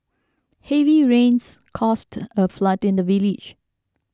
heavy rains caused a flood in the village